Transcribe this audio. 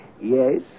yes